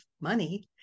money